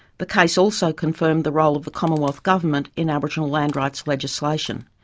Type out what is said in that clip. the case also confirmed the role of the commonwealth government in aboriginal land rights legislation.